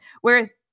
whereas